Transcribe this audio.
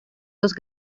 dos